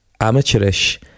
amateurish